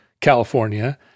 California